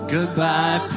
Goodbye